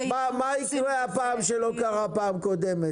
--- אבל מה יקרה הפעם שלא קרה בפעם קודמת?